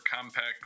compact